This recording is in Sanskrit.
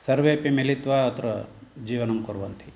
सर्वेपि मिलित्वा अत्र जीवनं कुर्वन्ति